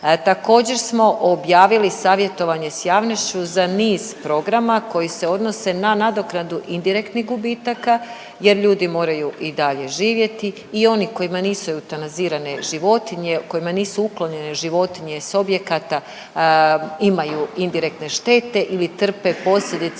Također smo objavili savjetovanje s javnošću za niz programa koji se odnose na nadoknadu indirektnih gubitaka jer ljudi moraju i dalje živjeti i oni kojima nisu eutanazirane životinje, kojima nisu uklonjene životinje s objekata imaju indirektne štete ili trpe posljedice